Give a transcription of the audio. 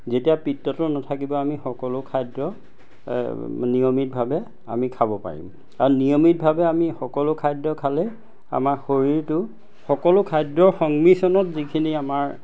যেতিয়া পিত্তটো নাথাকিব আমি সকলো খাদ্য নিয়মিতভাৱে আমি খাব পাৰিম আৰু নিয়মিতভাৱে আমি সকলো খাদ্য খালেই আমাৰ শৰীৰটো সকলো খাদ্যৰ সংমিশ্ৰণত যিখিনি আমাৰ